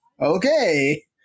okay